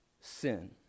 sin